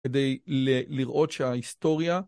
כדי לראות שההיסטוריה